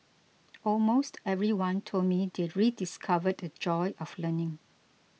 almost everyone told me they rediscovered the joy of learning